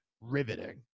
riveting